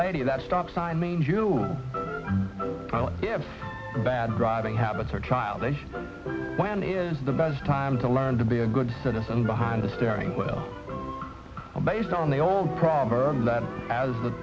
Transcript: lady that stop sign means your bad driving habits are childish when is the best time to learn to be a good citizen behind the steering wheel a based on the old